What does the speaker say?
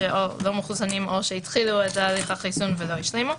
מחוסנים או שהתחילו את תהליך החיסון ולא השלימו.